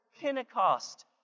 Pentecost